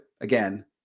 again